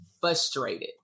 frustrated